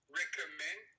recommend